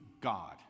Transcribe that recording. God